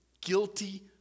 guilty